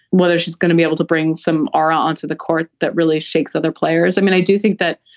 whether she's going to be able to bring some aura onto the court that really shakes other players. i mean, i do think that,